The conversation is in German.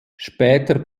später